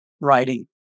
writing